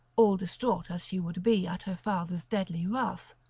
all distraught as she would be at her father's deadly wrath,